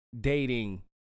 dating